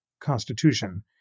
constitution